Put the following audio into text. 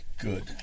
good